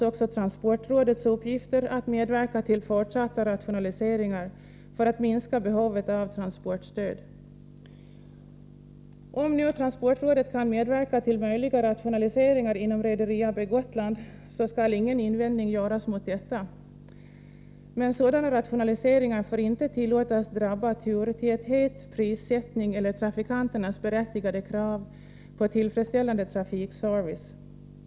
också transportrådets uppgifter att medverka till fortsatta rationaliseringar för att minska behovet av transportstöd. Om nu transportrådet kan medverka till möjliga rationaliseringar inom Rederi AB Gotland, skall inte någon invändning göras mot detta. Men sådana rationaliseringar får inte tillåtas drabba turtäthet, prissättning eller trafikanternas berättigade krav på tillfredsställande trafikservice.